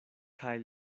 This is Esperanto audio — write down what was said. kaj